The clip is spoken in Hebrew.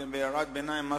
בהערת ביניים,